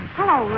Hello